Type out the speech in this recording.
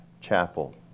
chapel